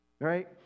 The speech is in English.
Right